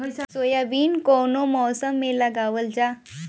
Soybean कौने मौसम में लगावल जा?